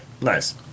nice